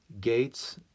gates